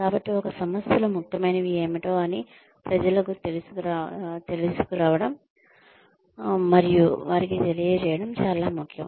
కాబట్టి ఒక సంస్థలో ముఖ్యమైనవి ఏమిటో అవి ప్రజలను తీసుకురావడం మరియు వారికి తెలియజేయడం చాలా ముఖ్యం